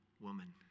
woman